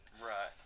Right